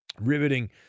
riveting